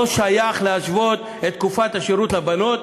לא שייך להשוות את תקופת השירות לבנות